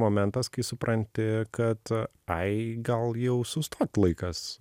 momentas kai supranti kad ai gal jau sustot laikas